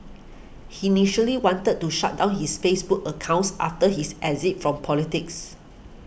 he initially wanted to shut down his Facebook accounts after his exit from politics